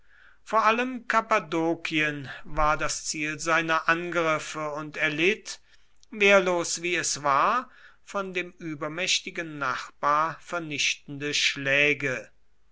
vor allem kappadokien war das ziel seiner angriffe und erlitt wehrlos wie es war von dem übermächtigen nachbar vernichtende schläge